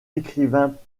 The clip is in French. écrivains